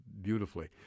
Beautifully